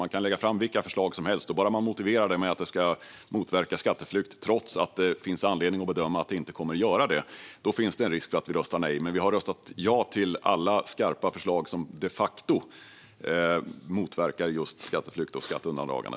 Man kan ju lägga fram vilka förslag som helst och motivera det med att det ska motverka skatteflykt, trots att det finns anledning att bedöma att det inte kommer att göra det. Vi har dock röstat ja till alla skarpa förslag som de facto motverkar just skatteflykt och skatteundandragande.